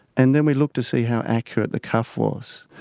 and then we look to see how accurate the cuff was.